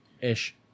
Ish